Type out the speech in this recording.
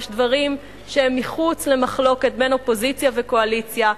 יש דברים שהם מחוץ למחלוקת בין אופוזיציה וקואליציה,